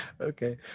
Okay